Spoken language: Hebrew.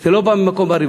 זה לא בא ממקום בריא.